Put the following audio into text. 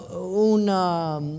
una